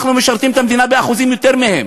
אנחנו משרתים את המדינה באחוזים יותר מהם.